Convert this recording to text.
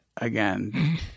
again